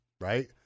right